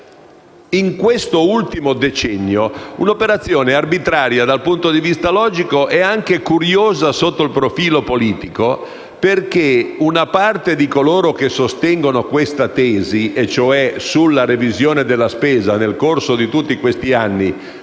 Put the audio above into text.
di una vera e propria operazione arbitraria, dal punto di vista logico, e anche curiosa sotto il profilo politico, perché una parte di coloro che sostengono questa tesi, secondo cui sulla revisione della spesa, nel corso di tutti questi anni,